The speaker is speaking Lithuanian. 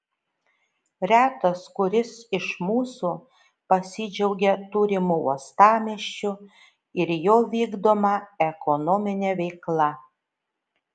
retas kuris iš mūsų pasidžiaugia turimu uostamiesčiu ir jo vykdoma ekonomine veikla